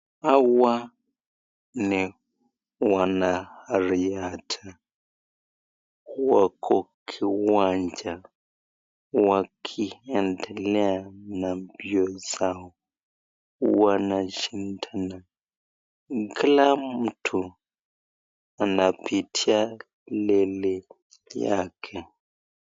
Hawa ni wanariadha. Wako kiwanja wakiendelea na mbio zao. Wanashindana. Kila mtu anapitia leni yake.